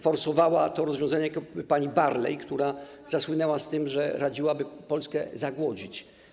forsowała to rozwiązanie - niejaka pani Barley, która zasłynęła tym, że radziła, by Polskę zagłodzić.